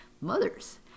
mothers